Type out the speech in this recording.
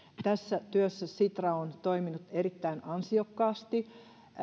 tässä työssä sitra on toiminut erittäin ansiokkaasti